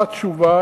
מה התשובה?